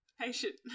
Patient